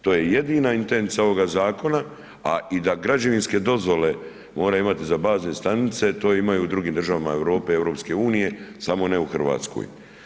To je jedina intencija ovoga zakona, a i da građevinske dozvole moraju imati za bazne stanice, to imaju u drugim državama Europe, EU, samo ne u Hrvatskoj.